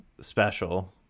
special